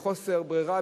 מחוסר ברירה,